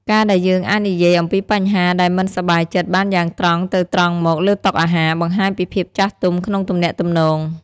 ការដែលយើងអាចនិយាយអំពីបញ្ហាដែលមិនសប្បាយចិត្តបានយ៉ាងត្រង់ទៅត្រង់មកលើតុអាហារ បង្ហាញពីភាពចាស់ទុំក្នុងទំនាក់ទំនង។